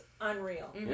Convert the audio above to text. unreal